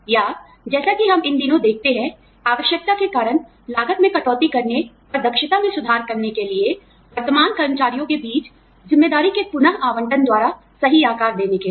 या जैसा कि हम इन दिनों देखते हैं आवश्यकता के कारण लागत में कटौती करने और दक्षता में सुधार करने के लिए वर्तमान कर्मचारियों के बीच ज़िम्मेदारी के पुन आवंटन द्वारा सही आकार देने के लिए